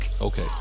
Okay